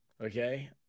Okay